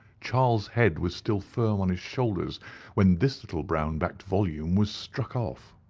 charles' head was still firm on his shoulders when this little brown-backed volume was struck off.